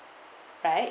but